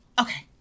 Okay